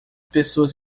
pessoas